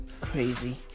Crazy